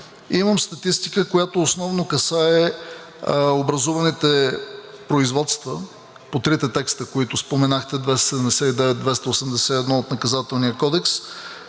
Имам статистика, която основно касае образуваните производства по трите текста, които споменахте – чл. 279 – 281 от Наказателния кодекс,